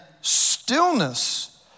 stillness